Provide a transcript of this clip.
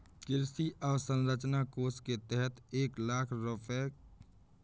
कृषि अवसंरचना कोष के तहत एक लाख करोड़ रुपए की वित्तपोषण की सुविधा दी गई है